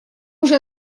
уже